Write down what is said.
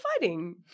fighting